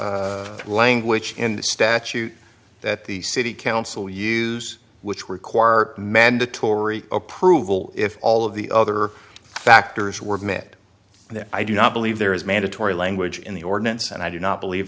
language in the statute that the city council use which require mandatory approval if all of the other factors were met there i do not believe there is mandatory language in the ordinance and i do not believe